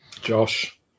Josh